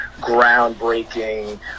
groundbreaking